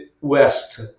west